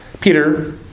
Peter